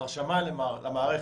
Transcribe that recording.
ההרשמה למערכת.